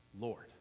Lord